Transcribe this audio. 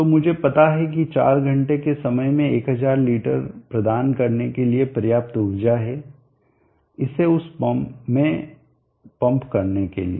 तो मुझे पता है कि 4 घंटे के समय में 1000 लीटर प्रदान करने के लिए पर्याप्त ऊर्जा है इसे उस में पंप करने के लिए